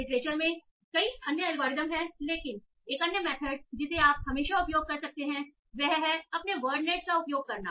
literature में कई अन्य एल्गोरिदम हैं लेकिन एक अन्य मेथड जिसे आप हमेशा उपयोग कर सकते हैं वह है अपने वर्डनेट का उपयोग करना